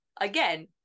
again